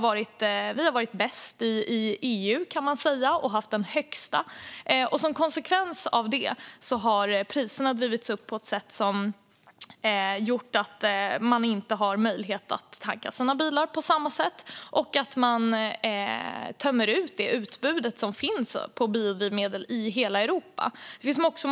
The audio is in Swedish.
Vi har varit bäst i EU, kan man säga, och haft den högsta reduktionsplikten. Som en konsekvens av detta har priserna drivits upp på ett sätt som gjort att människor inte har möjlighet att tanka sina bilar på samma sätt och att utbudet på biodrivmedel i hela Europa töms.